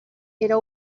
era